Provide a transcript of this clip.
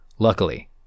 Luckily